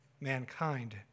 mankind